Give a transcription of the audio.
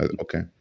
Okay